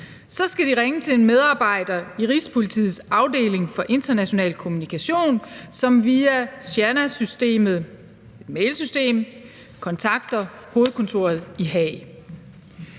skal de ringe til en medarbejder i Rigspolitiets afdeling for international kommunikation, som via SIENA-systemet , et mailsystem, kontakter hovedkontoret i Haag.